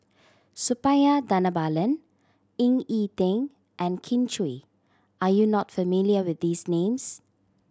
Suppiah Dhanabalan Ying E Ding and Kin Chui are you not familiar with these names